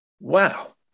wow